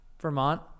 Vermont